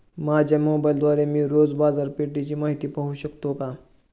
माझ्या मोबाइलद्वारे मी रोज बाजारपेठेची माहिती पाहू शकतो का?